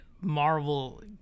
marvel